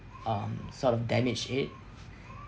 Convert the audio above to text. um sort of damage it